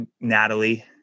natalie